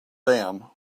them